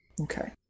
Okay